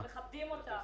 מכבדים אותם.